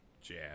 jazz